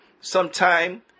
sometime